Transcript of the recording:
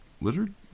Lizard